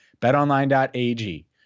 betonline.ag